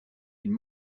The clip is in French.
une